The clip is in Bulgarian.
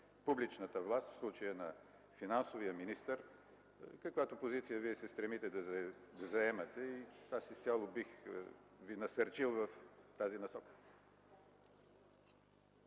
публичната власт, в случая на финансовия министър, каквато позиция Вие се стремите да заемате. Аз изцяло бих Ви насърчил в тази насока.